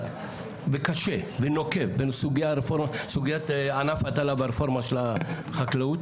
קשה ונוקב בסוגיית ענף ההטלה והרפורמה של החקלאות